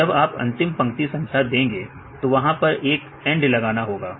तो जब आप अंतिम पंक्ति संख्या देंगे तो वहां पर एक एंड लगाना होगा